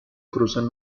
cruzan